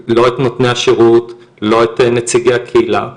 לא את נותני השירות, לא את נציגי הקהילה.